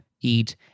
eat